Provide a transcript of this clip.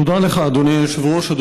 תודה לך, אדוני היושב-ראש.